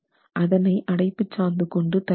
அதனை அடைப்புச்சாந்து கொண்டு தர வேண்டும்